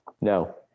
No